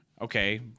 okay